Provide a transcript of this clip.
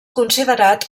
considerat